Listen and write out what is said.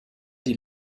die